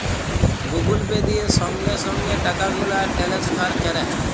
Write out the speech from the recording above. Google Pay দিয়ে সংগে সংগে টাকাগুলা টেলেসফার ক্যরা